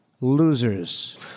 losers